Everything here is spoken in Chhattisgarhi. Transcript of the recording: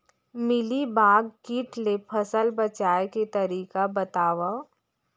मिलीबाग किट ले फसल बचाए के तरीका बतावव?